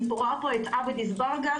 אני רואה פה את עבד אלכרים אזברגה,